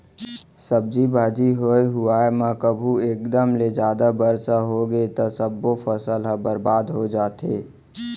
सब्जी भाजी होए हुवाए म कभू एकदम ले जादा बरसा होगे त सब्बो फसल ह बरबाद हो जाथे